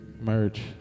merch